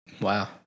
wow